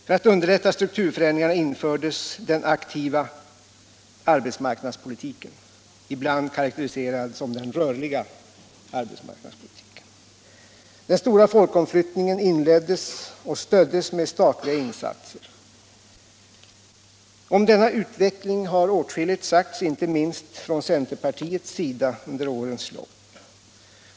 För att underlätta strukturförändringarna infördes den aktiva arbetsmarknadspolitiken — ibland karakteriserad som den rörliga arbetsmarknadspolitiken. Den stora folkomflyttningen inleddes och stöddes med statliga insatser. Om denna utveckling har åtskilligt sagts under årens lopp, inte minst från centerpartiets sida.